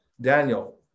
Daniel